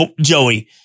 Joey